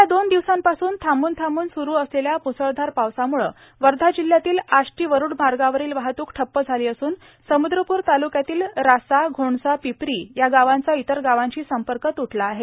गेल्या दोन दिवसापासून थांबून थांबून सुरू असलेल्या मुसळधार पावसामुळ वर्धा जिल्ह्यातील आष्टी वरुड मार्गावरील वाहतूक ठप्प झाली असून समुद्रपूर तालुक्यातील रासा घोणसा पिपरी या गावांचा इतर गावांशी संपर्क तुटला आहे